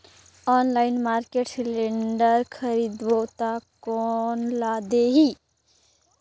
Online market cylinder खरीदबो ता कोन ला देही?